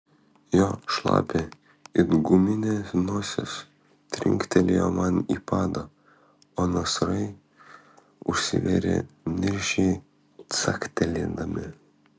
jo šlapia it guminė nosis trinktelėjo man į padą o nasrai užsivėrė niršiai caktelėdami